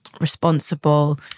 responsible